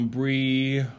Brie